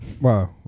Wow